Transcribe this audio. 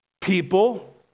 People